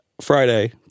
Friday